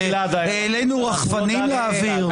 העלינו רחפנים לאוויר.